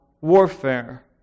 warfare